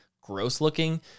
gross-looking